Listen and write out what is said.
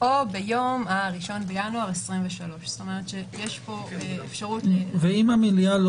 או ביום 1 בינואר 2023. ואם המליאה לא